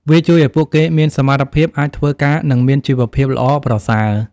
វាជួយឱ្យពួកគេមានសមត្ថភាពអាចធ្វើការនិងមានជីវភាពល្អប្រសើរ។